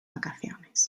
vacaciones